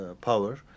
power